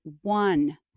One